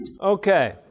Okay